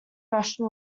russian